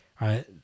right